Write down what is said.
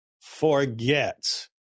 forget